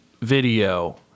video